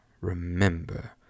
remember